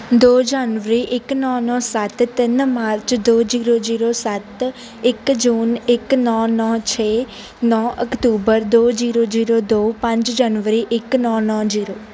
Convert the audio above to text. ਦੋ ਜਨਵਰੀ ਇੱਕ ਨੌਂ ਨੌਂ ਸੱਤ ਤਿੰਨ ਮਾਰਚ ਦੋ ਜੀਰੋ ਜੀਰੋ ਸੱਤ ਇੱਕ ਜੂਨ ਇੱਕ ਨੌਂ ਨੌਂ ਛੇ ਨੌਂ ਅਕਤੂਬਰ ਦੋ ਜੀਰੋ ਜੀਰੋ ਦੋ ਪੰਜ ਜਨਵਰੀ ਇੱਕ ਨੌਂ ਨੌਂ ਜੀਰੋ